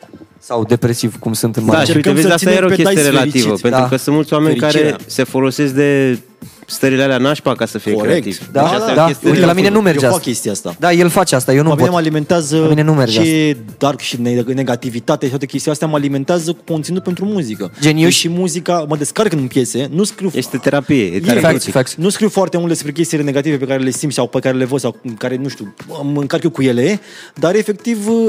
Sau depresiv, cum sunt în Da, magazin. și uite, Încercăm să vezi, asta ținem era o pe chestie dais relativă, fericiți. pentru Da. că sunt mulți oameni care Fericirea. se folosesc de stările alea nașpa ca să fie Corect. creativ. Da, Deci Da, asta da. e o da. chestie Uite, la mine relativă. nu Eu merge fac asta. chestia asta. Da, el face asta, eu nu Pe mine pot. mă alimentează La mine nu merge și asta. dark și neg- negativitate și toate chestiile astea mă alimentează cu conținut pentru muzică. Geniu. Deci și muzica, mă descarc în piese, nu scriu- Este terapie, e terapie. Yeah, Facts, yeah. facts. Nu scriu foarte mult despre chestiile negative pe care le simt sau pe care le văd sau cu- care, nu știu, mă încarc eu cu ele, dar efectiv,